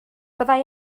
byddai